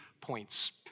points